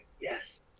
Yes